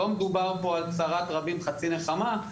שלא מדובר פה על צרת רבים חצי נחמה,